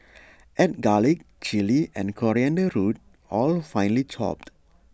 add garlic Chilli and coriander root all finely chopped